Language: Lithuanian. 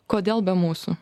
kodėl be mūsų